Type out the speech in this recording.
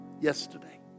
yesterday